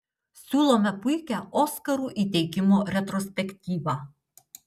siūlome puikią oskarų įteikimo retrospektyvą